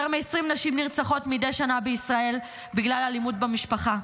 יותר מ-20 נשים נרצחות מדי שנה בישראל בגלל אלימות במשפחה.